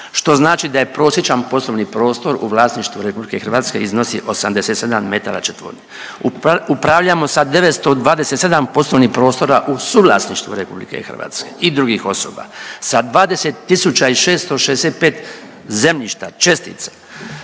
što znači da je prosječan poslovni prostor u vlasništvu RH iznosi 87 metara četvornih. Upravljamo sa 927 poslovnih prostora u suvlasništvu RH i drugih osoba, sa 20 tisuća i 665 zemljišta, čestica,